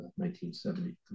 1973